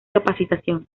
capacitación